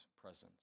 presence